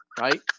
right